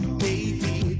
baby